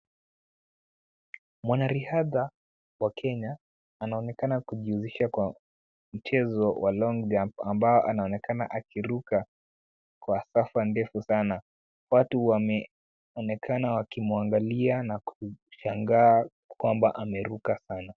Mwanariadha wa Kenya anaonekana kujiuzisha kwa mchezo wa long jump (cs) ambao anaonekana akiruka kwa safa ndefu sana ,watu wameonekana wakimwangalia na kushangaa kwamba ameruka sana .